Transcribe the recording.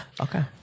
Okay